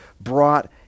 brought